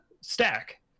stack